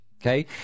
Okay